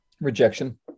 rejection